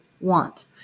want